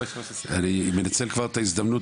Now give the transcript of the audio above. אני מנצל כבר את ההזדמנות,